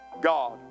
God